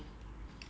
uh